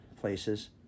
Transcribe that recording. places